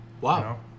Wow